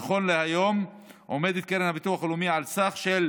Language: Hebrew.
נכון להיום עומדת קרן הביטוח הלאומי על סך של